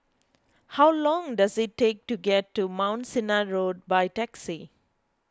how long does it take to get to Mount Sinai Road by taxi